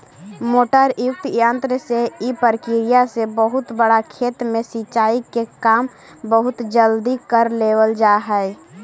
motor युक्त यन्त्र से इ प्रक्रिया से बहुत बड़ा खेत में सिंचाई के काम बहुत जल्दी कर लेवल जा हइ